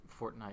Fortnite